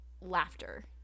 laughter